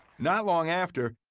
not long after,